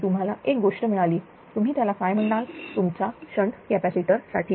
की तुम्हाला एक गोष्ट मिळाली तुम्ही त्याला काय म्हणाल तुमच्या शंट कॅपॅसिटर साठी